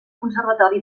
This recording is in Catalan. conservatori